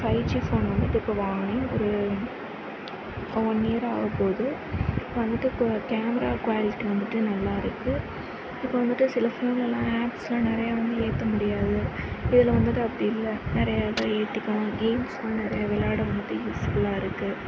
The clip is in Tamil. ஃபைவ் ஜி ஃபோன் வந்து இப்போ வாங்கினேன் ஒரு ஒன் இயர் ஆகப் போகுது வந்துவிட்டு கேமரா குவாலிட்டி வந்துவிட்டு நல்லாயிருக்கு இப்போ வந்துவிட்டு சில ஃபோன்லலாம் ஆப்ஸ்லாம் நிறையா வந்து ஏற்ற முடியாது இதில் வந்துவிட்டு அப்டியில்லை நிறையா இத ஏற்றிக்குவோம் கேம்ஸ்லாம் நிறையா விளையாடும் போது யூஸ்ஃபுல்லாக இருக்கு